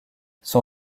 son